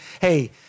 hey